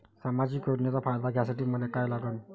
सामाजिक योजनेचा फायदा घ्यासाठी मले काय लागन?